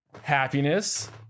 happiness